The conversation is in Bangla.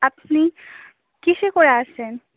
আপনি কীসে করে আসছেন